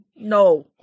no